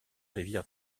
rivière